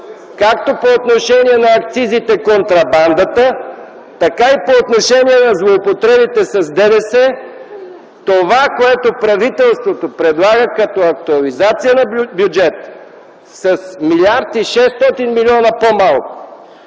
както по отношение на акцизите, контрабандата, така и по отношение на злоупотребите с ДДС. Това, което правителството предлага като актуализация на бюджета с 1 млрд. 600 млн.